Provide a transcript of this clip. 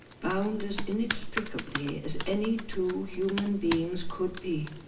bound as inextricably as any two human beings could be.